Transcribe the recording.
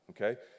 okay